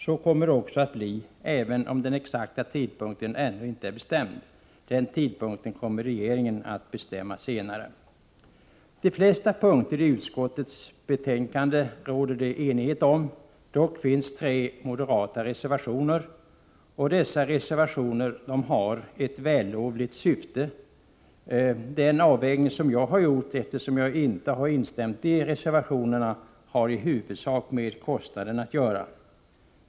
Så kommer det också att bli även om den exakta tidpunkten ännu inte är bestämd. Den tidpunkten kommer regeringen att bestämma senare. Det råder enighet om de flesta punkter i utskottsbetänkandet; dock har tre moderata reservationer fogats till betänkandet. Dessa reservationer har ett vällovligt syfte. Den avvägning som jag har gjort när jag inte har instämt i reservationerna har i huvudsak med kostnaden att göra.